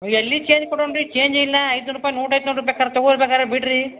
ಎಲ್ಲಿ ಚೇಂಜ್ ಕೊಡೋಣ್ ರೀ ಚೇಂಜಿಲ್ಲ ಐನೂರು ರೂಪಾಯಿ ನೋಟ್ ಐತಿ ನೋಡ್ರಿ ಬೇಕಾರ್ ತಗೊಳ್ಳಿ ಬೇಕಾರೆ ಬಿಡ್ರಿ